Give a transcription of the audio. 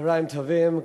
צהריים טובים,